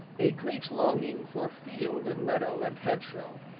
a great longing for field and meadow and hedgerow,